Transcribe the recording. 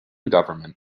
government